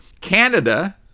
Canada